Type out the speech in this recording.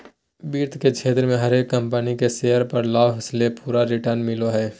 वित्त के क्षेत्र मे हरेक कम्पनी के शेयर पर लाभ ले पूरा रिटर्न मिलो हय